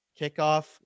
kickoff